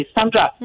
Sandra